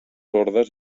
hordes